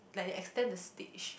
like they extend the stage